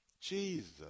Jesus